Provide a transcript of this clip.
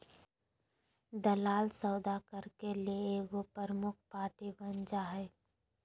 दलाल सौदा करे ले एगो प्रमुख पार्टी बन जा हइ